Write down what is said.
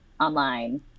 online